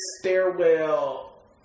stairwell